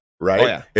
Right